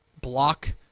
block